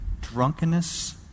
drunkenness